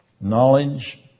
knowledge